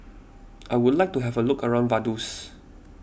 I would like to have a look around Vaduz